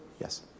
Yes